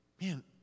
man